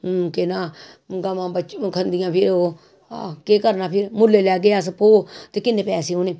केह् नां गवां खंदियां फिर केह् करनी फिर मुल्लै लैग्गे अस भौऽ ते किन्ने पैसे होने